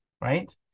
right